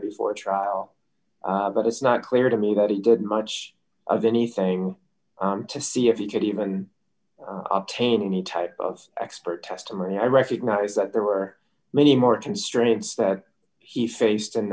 before trial but it's not clear to me that he did much of anything to see if you could even obtain any type of expert testimony i recognize that there were many more constraints that he faced in